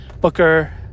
Booker